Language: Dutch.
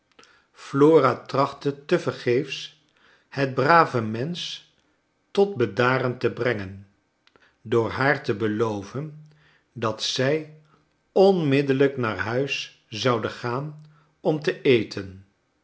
flora trachtte te vergeefs het brave mensch tot bedaren te brengen door haar te beloven dat zij onmiddellijk naar huis zouden gaan om te eten